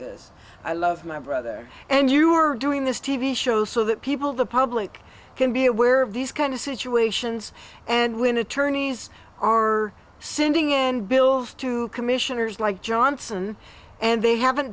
this i love my brother and you are doing this t v show so that people the public can be aware of these kind of situations and when attorneys are sending in bills to commissioners like johnson and they haven't